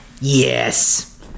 Yes